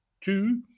Two